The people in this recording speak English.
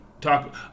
talk